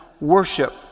worship